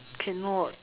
cannot